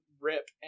rip